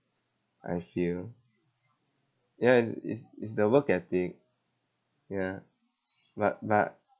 I feel ya is is the work ethic ya but but